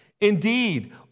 Indeed